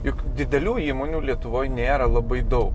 juk didelių įmonių lietuvoj nėra labai daug